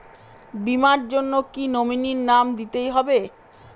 বীমার জন্য কি নমিনীর নাম দিতেই হবে?